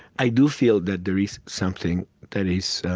i do feel that there is something that is